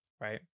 right